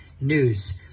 news